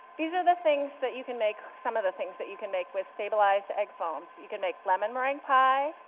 these are the things that you can make some of the things that you can make with stabilized egg foams. you can make lemon meringue pie,